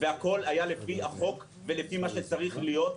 הכול היה לפי החוק ולפי מה שצריך להיות,